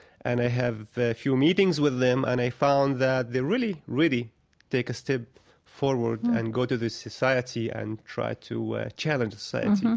and i have a few meetings with them, and i found that they really, really take a step forward and go to this society and try to challenge society.